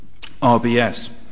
RBS